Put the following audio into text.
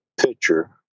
picture